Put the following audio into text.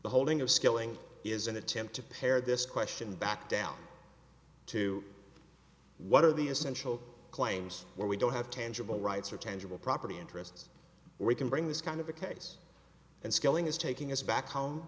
the holding of skilling is an attempt to pare this question back down to what are the essential claims where we don't have tangible rights or tangible property interests or we can bring this kind of a case and skilling is taking us back home